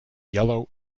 yellow